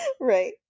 Right